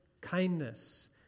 kindness